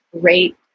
great